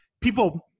people